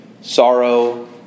sorrow